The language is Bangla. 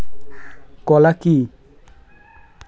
কলা কি